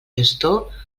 gestor